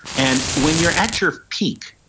and when you're at your peak,